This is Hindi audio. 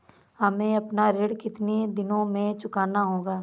हमें अपना ऋण कितनी दिनों में चुकाना होगा?